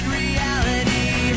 reality